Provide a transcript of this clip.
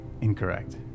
Incorrect